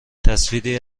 تصویری